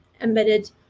embedded